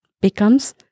becomes